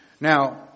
Now